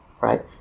right